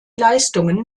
leistungen